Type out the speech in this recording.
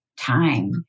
time